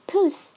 Puss